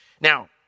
Now